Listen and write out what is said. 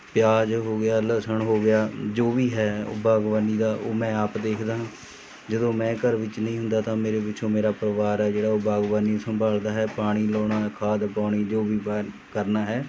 ਪਿਆਜ ਹੋ ਗਿਆ ਲਸਣ ਹੋ ਗਿਆ ਜੋ ਵੀ ਹੈ ਬਾਗਬਾਨੀ ਦਾ ਉਹ ਮੈਂ ਆਪ ਦੇਖਦਾ ਹਾਂ ਜਦੋਂ ਮੈਂ ਘਰ ਵਿੱਚ ਨਹੀਂ ਹੁੰਦਾ ਤਾਂ ਮੇਰੇ ਪਿੱਛੋਂ ਮੇਰਾ ਪਰਿਵਾਰ ਹੈ ਜਿਹੜਾ ਉਹ ਬਾਗਬਾਨੀ ਸੰਭਾਲਦਾ ਹੈ ਪਾਣੀ ਲਾਉਣਾ ਖਾਦ ਪਾਉਣੀ ਜੋ ਵੀ ਕਰਨਾ ਹੈ